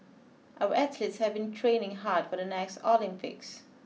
our athletes have been training hard for the next Olympics